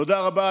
תודה רבה.